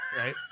Right